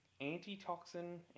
antitoxin